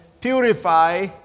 purify